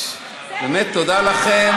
באמת, תודה לכם.